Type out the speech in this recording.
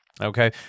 okay